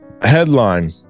Headline